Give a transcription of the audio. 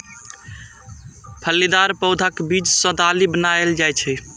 फलीदार पौधाक बीज सं दालि बनाएल जाइ छै